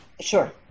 sure